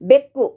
ಬೆಕ್ಕು